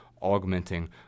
augmenting